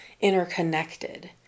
interconnected